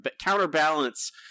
counterbalance